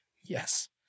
yes